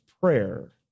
prayer